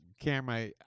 camera